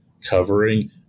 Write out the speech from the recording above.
covering